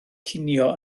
cinio